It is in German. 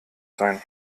sein